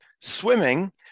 swimming